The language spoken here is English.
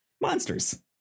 monsters